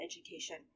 education